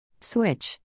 Switch